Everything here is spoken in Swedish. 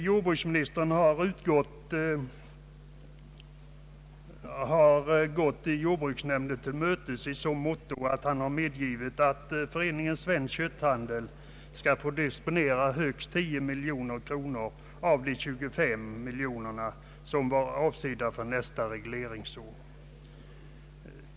Jordbruksministern har gått jordbruksnämnden till mötes i så måtto att han medgivit att föreningen Svensk kötthandel skall få disponera högst 10 miljoner kronor av de 25 miljoner kronor som var avsedda för nästa regleringsår.